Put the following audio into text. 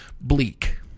bleak